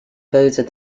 voted